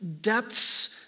depths